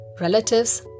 relatives